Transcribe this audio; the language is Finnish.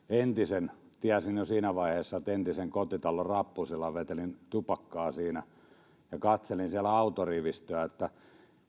entisen tiesin jo siinä vaiheessa että entisen kotitaloni rappusilla ja vetelin tupakkaa siinä ja katselin siellä autorivistöä että